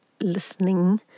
listening